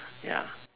ya